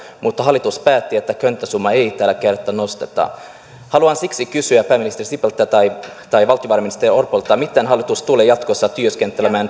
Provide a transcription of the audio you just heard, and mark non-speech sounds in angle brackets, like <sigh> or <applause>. mutta hallitus päätti että könttäsummaa ei tällä kerta nosteta haluan siksi kysyä pääministeri sipilältä tai valtiovarainministeri orpolta miten hallitus tulee jatkossa työskentelemään <unintelligible>